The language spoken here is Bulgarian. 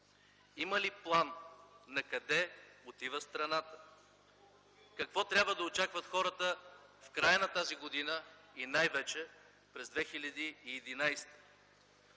Има ли план накъде отива страната? Какво трябва да очакват хората в края на тази година и най-вече през 2011 г.?